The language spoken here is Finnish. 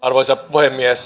arvoisa puhemies